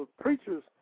preacher's